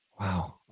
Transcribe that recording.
Wow